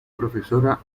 profesora